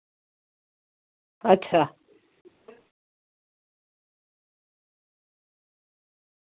अच्छा